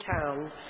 town